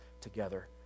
together